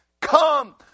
come